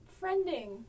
friending